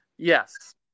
Yes